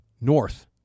north